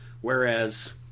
whereas